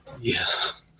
yes